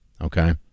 okay